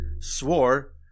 swore